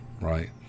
right